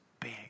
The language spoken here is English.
big